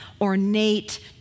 ornate